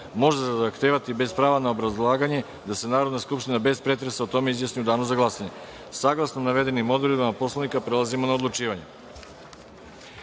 može zahtevati, bez prava na obrazlaganje, da se Narodna skupština, bez pretresa, o tome izjasni u Danu za glasanje. Saglasno navedenoj odredbi Poslovnika, prelazimo na odlučivanje. Narodni